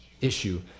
issue